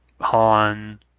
Han